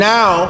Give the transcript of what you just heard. Now